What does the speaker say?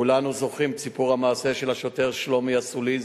כולנו זוכרים את סיפור המעשה של השוטר שלומי אסולין,